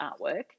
artwork